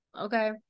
okay